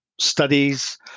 studies